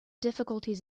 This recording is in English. difficulties